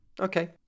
Okay